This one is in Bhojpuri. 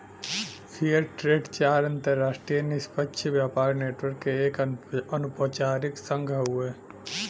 फेयर ट्रेड चार अंतरराष्ट्रीय निष्पक्ष व्यापार नेटवर्क क एक अनौपचारिक संघ हउवे